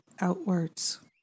outwards